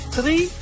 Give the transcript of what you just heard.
Three